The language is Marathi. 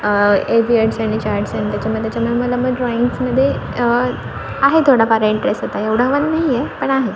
एरव्ही आहे त्याच्यामध्ये पण मला मग ड्रॉइंग्समध्ये आहे थोडाफार इंटरेस्ट आता एवढा पण नाही आहे पण आहे